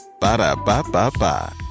Ba-da-ba-ba-ba